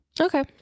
okay